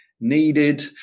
needed